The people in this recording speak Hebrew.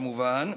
כמובן.